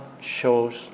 shows